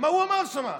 מה הוא אמר שם?